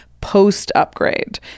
post-upgrade